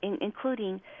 including